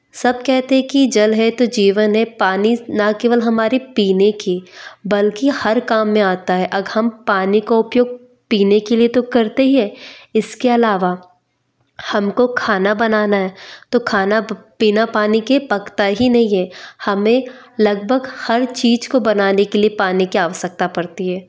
सब कहते हैं कि जल है तो जीवन है पानी ना केवल हमारे पीने की बल्कि हर काम में आता है अगर हम पानी का उपयोग पीने के लिए तो करते ही हैं इसके अलावा हमको खाना बनाना है तो खाना बिना पानी के पकता ही नहीं है हमें लगभग हर चीज़ को बनाने के लिए पानी की आवश्यकता पड़ती है